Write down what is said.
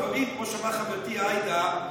כמו שאמרה חברתי עאידה,